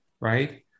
right